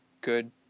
good